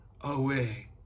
away